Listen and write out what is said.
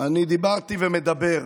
אני דיברתי ומדבר,